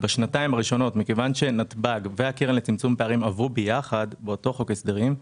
מכיוון שנתב"ג והקרן לצמצום פערים עברו באותו חוק הסדרים,